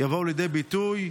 יבואו לידי ביטוי,